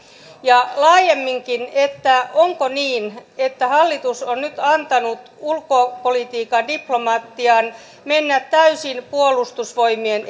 ja laajemminkin onko niin että hallitus on nyt antanut ulkopolitiikan diplomatian mennä täysin puolustusvoimien